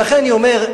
לכן אני אומר,